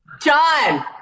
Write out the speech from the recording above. John